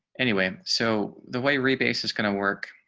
anyway, so the way rebates is kind of work.